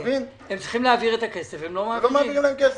הם צריכים להעביר את הכסף והם לא מעבירים אותו.